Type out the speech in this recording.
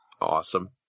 Awesome